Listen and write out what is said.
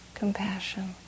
compassion